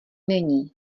není